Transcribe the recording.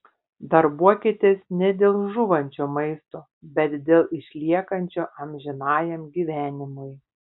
darbuokitės ne dėl žūvančio maisto bet dėl išliekančio amžinajam gyvenimui